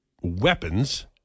weapons